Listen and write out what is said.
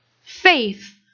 Faith